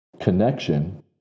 connection